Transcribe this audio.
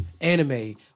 anime